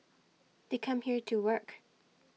they come here to work